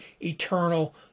eternal